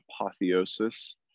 apotheosis